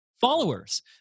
followers